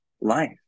Life